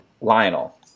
Lionel